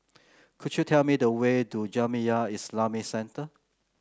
could you tell me the way to Jamiyah Islamic Centre